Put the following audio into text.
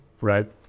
right